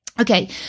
Okay